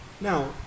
now